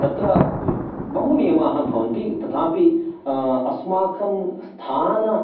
तत्र बहु नियमाः भवन्ति तथापि अस्माकं स्थानं